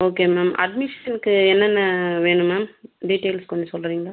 okay ma'am அட்மிஷனுக்கு என்னென்ன வேணும் மேம் டீட்டெயில்ஸ் கொஞ்சம் சொல்கிறீங்களா